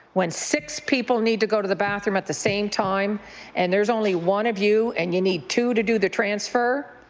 when six people need to go to the bathroom at the same time and there is only one of you and you need two to do the transfer,